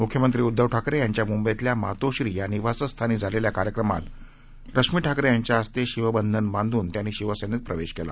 मुख्यमंत्री उद्धव ठाकरे यांच्या मुंबईतल्या मातोश्री या निवासस्थानी झालेल्या कार्यक्रमात रश्मी ठाकरे यांच्या हस्ते शिवबंधन बांधून त्यांनी शिवसेनेत प्रवेश केला